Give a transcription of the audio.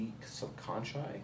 subconscious